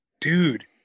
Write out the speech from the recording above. dude